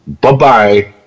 Bye-bye